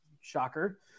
Shocker